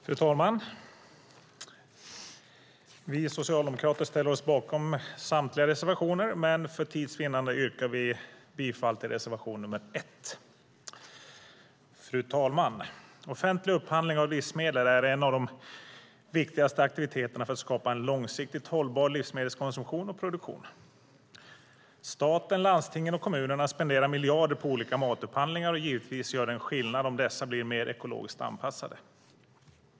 Fru talman! Vi socialdemokrater ställer oss bakom samtliga reservationer, men för tids vinnande yrkar vi bifall bara till reservation 1. Fru talman! Offentlig upphandling av livsmedel är en av de viktigaste aktiviteterna för att skapa en långsiktigt hållbar livsmedelskonsumtion och livsmedelsproduktion. Staten, landstingen och kommunerna spenderar miljarder på olika matupphandlingar, och givetvis gör det skillnad om dessa blir mer ekologiskt anpassade.